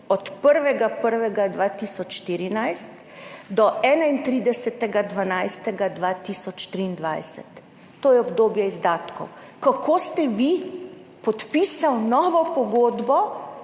od 1. 1. 2014 do 31. 12. 2023. To je obdobje izdatkov. Kako ste vi podpisali novo pogodbo